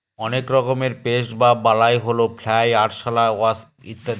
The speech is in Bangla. অনেক রকমের পেস্ট বা বালাই হল ফ্লাই, আরশলা, ওয়াস্প ইত্যাদি